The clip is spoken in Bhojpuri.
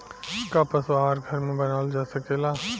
का पशु आहार घर में बनावल जा सकेला?